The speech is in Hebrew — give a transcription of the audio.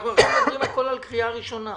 אנחנו מדברים על קריאה ראשונה.